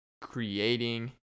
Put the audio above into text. creating